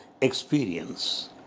experience